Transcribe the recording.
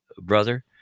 brother